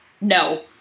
No